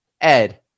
Ed